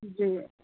जी